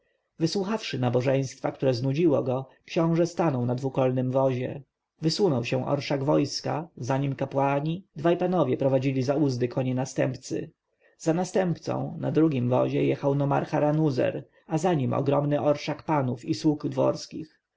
wysłuchawszy nabożeństwa które znudziło go książę stanął na dwukolnym wozie wysunął się oddział wojska za nim kapłani dwaj panowie prowadzili za uzdy konie następcy za następcą na drugim wozie jechał nomarcha ranuzer a za nim ogromny orszak panów i sług dworskich